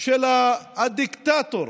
של הדיקטטור